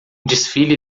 desfile